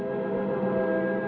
ah